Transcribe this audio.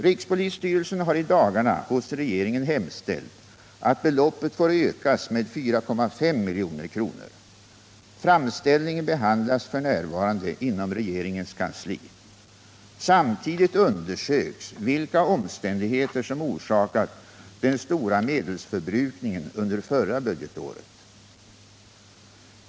Rikspolisstyrelsen har i dagarna hos regeringen hemställt att beloppet får ökas med 4,5 milj.kr. Framställningen behandlas f.n. inom regeringens kansli. Samtidigt undersöks vilka omständigheter som orsakat den stora medelsförbrukningen under förra budgetåret.